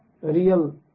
real